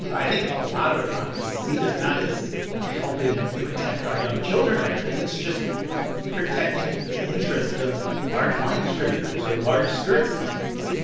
you know i think a lot of economists see this not as helping protect our young children or anything. it's just protecting the interest of large wine distributors or large spirits companies.